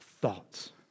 thoughts